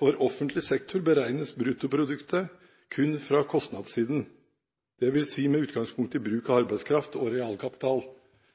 «For offentlig sektor derimot beregnes bruttoproduktet fra kostnadssiden, det vil si med utgangspunkt i bruken av